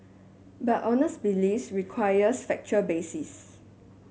but honest belief requires factual basis